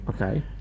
Okay